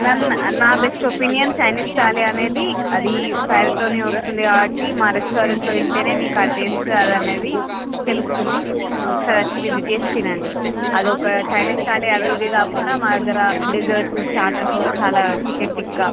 ma'am నా best opinion Chinese thali అనేది అది ఫైర్తోనే వస్తుంది కాబట్టి మా రెస్టారెంట్లో తింటేనే మీకు ఆ టేస్ట్ అనేది తెలుస్తుంది ఒకసారి వచ్చి విజిట్ చేసి తినండి అదొక చైనీస్ థాలి అవి ఇవి కాకుండా మా దగ్గర డిజర్స్ స్టాటర్స్ కూడా చాలా చికెన్ టిక్కా